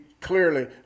clearly